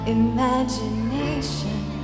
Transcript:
imagination